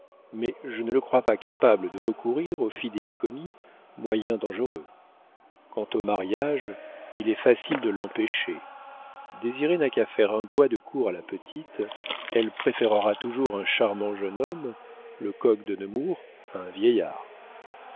mais je ne le crois pas capable de recourir au fidéicommis moyen dangereux quant au mariage il est facile de l'empêcher désiré n'a qu'à faire un doigt de cour à la petite elle préférera toujours un charmant jeune homme le coq de nemours à un vieillard